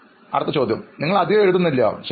അഭിമുഖം നടത്തുന്നയാൾ നിങ്ങൾ അധികം എഴുതാറില്ല ശരി